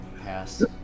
Pass